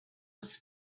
was